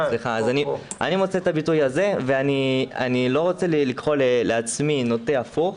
אני לא רוצה לקרוא לעצמי נוטה הפוך,